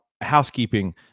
Housekeeping